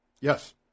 Yes